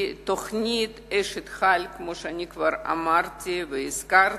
תוכנית "אשת חיל", כמו שכבר אמרתי והזכרתי,